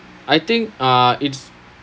I think uh it's